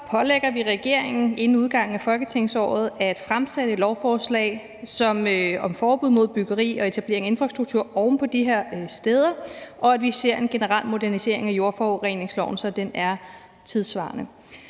pålægger vi regeringen inden udgangen af folketingsåret at fremsætte et lovforslag om forbud mod byggeri og etablering af infrastruktur oven på de her steder og at gennemføre en generel modernisering af jordforureningsloven, så den er tidssvarende.